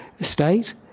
state